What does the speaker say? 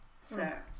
sir